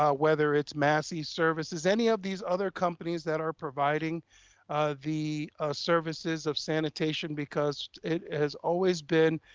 ah whether it's massey services, any of these other companies that are providing the services of sanitation, because it has always been